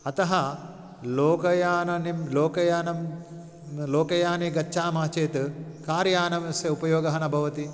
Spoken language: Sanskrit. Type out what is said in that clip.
अतः लोकयानानि लोकयानं लोकयाने गच्छामः चेत् कार्यानस्य उपयोगः न भवति